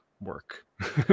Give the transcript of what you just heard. work